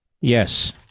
Yes